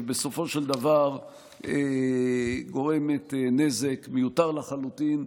ובסופו של דבר גורמת נזק מיותר לחלוטין,